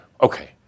Okay